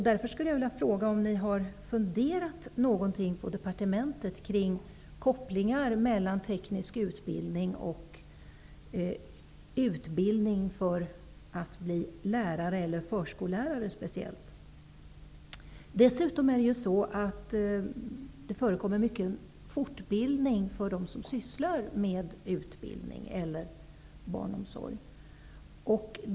Därför skulle jag vilja fråga om ni i departementet har funderat någonting kring kopplingar mellan teknisk utbildning och utbildning till lärare eller förskollärare. Dessutom förekommer det mycket fortbildning för dem som sysslar med undervisning eller barnomsorg.